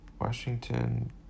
Washington